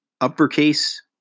uppercase